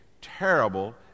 terrible